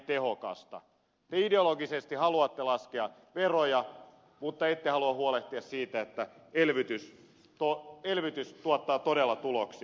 te ideologisesti haluatte laskea veroja mutta ette halua huolehtia siitä että elvytys tuottaa todella tuloksia